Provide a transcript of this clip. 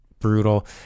Brutal